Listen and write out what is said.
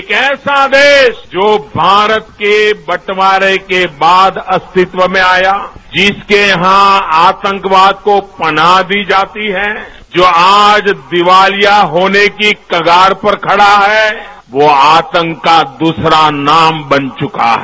एक ऐसा देश जो भारत के बंटवारे के बाद अस्तित्व में आया जिसके यहां आतंकवाद को पनाह दी जाती है जो आज दीवालिया होने की कगार पर खड़ा है वो आतंक का दूसरा नाम बन चुका है